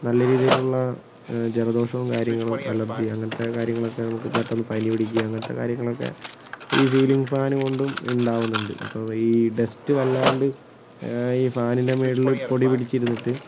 നല്ല രീതിയിൽ ഉള്ള ജലദോഷവും കാര്യങ്ങളും അലർജി അങ്ങനത്തെ കാര്യങ്ങളൊക്കെ നമുക്ക് പെട്ടെന്ന് പനി പിടിക്കുക അങ്ങനത്തെ കാര്യങ്ങളൊക്കെ ഈ സീലിംഗ് ഫാൻ കൊണ്ടും ഉണ്ടാകുന്നുണ്ട് അപ്പോൾ ഈ ഡസ്റ്റ് വല്ലാണ്ട് ഈ ഫാനിൻ്റെ മേലിൽ പൊടി പിടിച്ച് ഇരുന്നിട്ട്